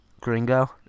Gringo